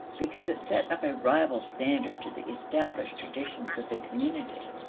because it set up a rival standard to the established traditions of the community?